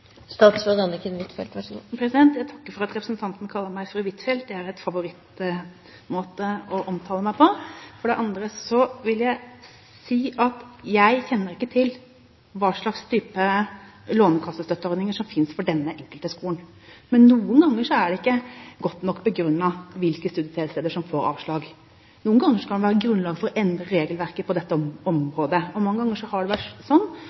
Jeg takker for at representanten kaller meg «fru Huitfeldt» – det er en favorittmåte å omtale meg på. For det andre vil jeg si at jeg kjenner ikke til hva slags lånekassestøtteordninger som fins for denne enkeltskolen. Men noen ganger er det ikke godt nok begrunnet hvilke studiesteder som får avslag. Noen ganger kan det være grunnlag for å endre regelverket på dette området. Mange ganger har det